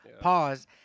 Pause